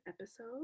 episode